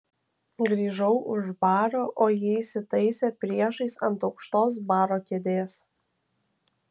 grįžau už baro o ji įsitaisė priešais ant aukštos baro kėdės